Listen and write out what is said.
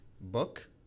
book